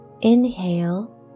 inhale